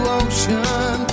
ocean